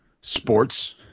sports